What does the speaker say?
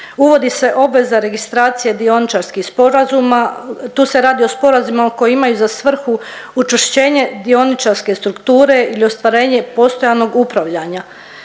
Uvodi se obveza registracije dioničarskih sporazuma, tu se radi o sporazumima koji imaju za svrhu učvršćenje dioničarske strukture ili ostvarenje postojanog upravljanja.